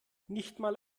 nichtmal